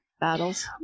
battles